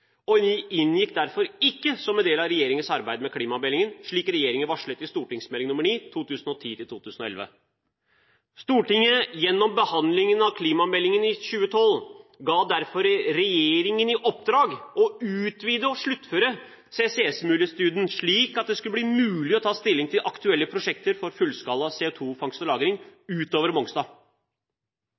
forsinket og inngikk derfor ikke som en del av regjeringens arbeid med klimameldingen, slik regjeringen varslet i Meld. St. 9 for 2010–2011. Stortinget, gjennom behandlingen av klimameldingen i 2012, ga derfor regjeringen i oppdrag å utvide og sluttføre CSS-mulighetsstudien, slik at det skulle bli mulig å ta stilling til aktuelle prosjekter for fullskala CO2-fangst og -lagring utover Mongstad.